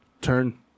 turn